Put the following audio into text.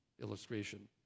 illustration